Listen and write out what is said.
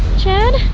chad!